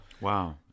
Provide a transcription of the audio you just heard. Wow